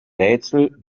rätsel